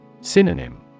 Synonym